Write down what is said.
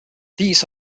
these